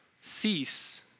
cease